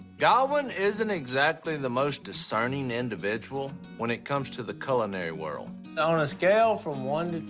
godwin isn't exactly the most discerning individual when it comes to the culinary world. on a scale from one